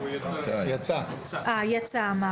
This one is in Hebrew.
אני אשמח